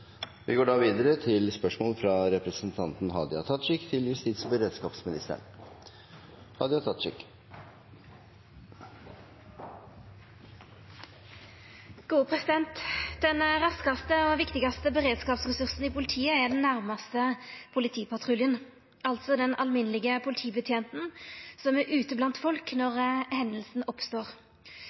raskaste og viktigaste beredskapsressursen i politiet er nærmaste politipatrulje, altså den alminnelege politibetjenten som er ute blant folk når hendinga oppstår.